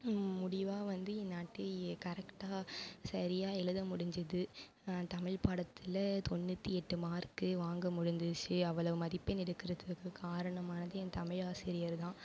முடிவாக வந்து என் கரெட்டாக சரியாக எழுத முடிஞ்சுது நான் தமிழ் பாடத்தில் தொண்ணுற்றி எட்டு மார்க்கு வாங்க முடிஞ்சித்து அவ்வளவு மதிப்பெண் எடுக்கிறத்துக்கு காரணமானது என் தமிழ் ஆசிரியர்தான்